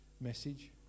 message